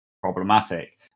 problematic